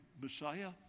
Messiah